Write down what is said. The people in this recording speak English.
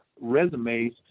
resumes